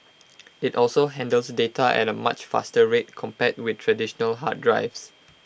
IT also handles data at A much faster rate compared with traditional hard drives